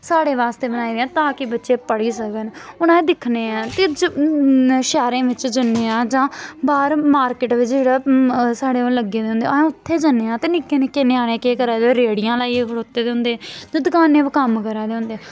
साढ़े बास्तै बनाई दियां तां कि बच्चे पढ़ी सकन हून अस दिक्खने आं ते शैह्रें बिच्च जन्ने आं जां बाह्र मार्किट बिच्च जेह्ड़ साढ़े ओह् लग्गे दे होंदे अस उत्थै जन्ने आं ते निक्के निक्के ञ्यानें केह् करा दे रेह्ड़ियां लाइयै खड़ोते दे होंदे ते दकानें पर कम्म करा दे होंदे